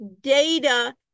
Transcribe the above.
data